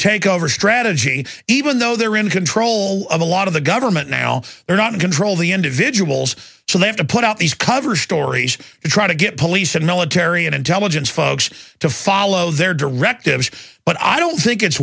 takeover strategy even though they're in control of a lot of the government now they're not in control of the individuals so they have to put out these cover stories to try to get police and military and intelligence folks to follow their directives but i don't think it's